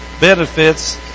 benefits